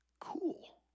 cool